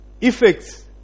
effects